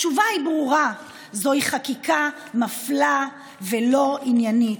התשובה ברורה: זוהי חקיקה מפלה ולא עניינית.